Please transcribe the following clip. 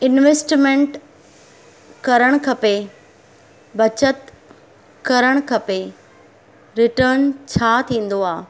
investment करणु खपे बचति करणु खपे रिटन छा थींदो आहे